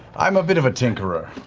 i'm a bit of a tinkerer.